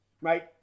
right